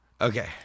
okay